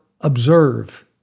observe